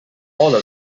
all